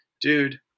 dude